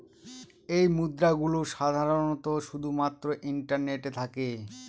এই মুদ্রা গুলো সাধারনত শুধু মাত্র ইন্টারনেটে থাকে